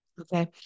Okay